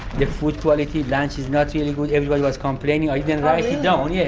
the food quality, lunch is not really good, everybody was complaining. you and you know yeah